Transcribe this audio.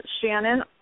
Shannon